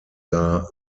sah